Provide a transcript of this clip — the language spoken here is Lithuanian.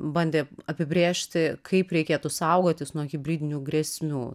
bandė apibrėžti kaip reikėtų saugotis nuo hibridinių grėsmių